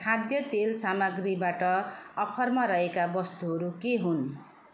खाद्य तेल सामग्रीबाट अफरमा रहेका वस्तुहरू के हुन्